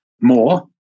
more